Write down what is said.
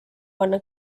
panna